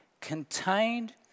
contained